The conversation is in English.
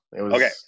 Okay